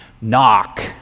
Knock